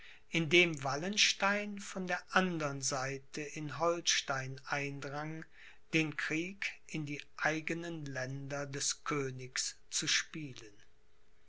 verbreitet indem wallenstein von der andern seite in holstein eindrang den krieg in die eigenen länder des königs zu spielen